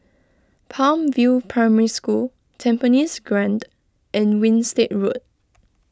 Palm View Primary School Tampines Grande and Winstedt Road